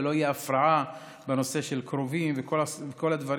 ולא תהיה הפרעה בנושא של קרובים וכל הדברים